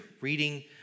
reading